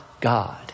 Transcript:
God